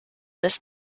this